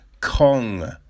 Kong